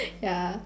ya